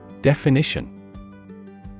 Definition